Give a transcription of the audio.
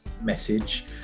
message